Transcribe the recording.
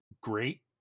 great